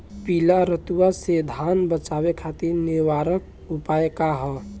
पीला रतुआ से धान बचावे खातिर निवारक उपाय का ह?